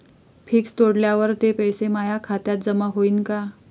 Fix तोडल्यावर ते पैसे माया खात्यात जमा होईनं का?